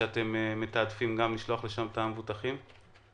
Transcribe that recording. שאתם מתעדפים לשלוח אליהם את המבוטחים?